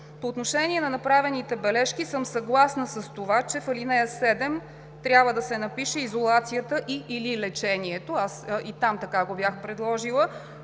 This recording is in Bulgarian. По отношение на направените бележки съм съгласна с това, че в ал. 7 трябва да се напише „изолацията и/или лечението“, аз и там така го бях предложила,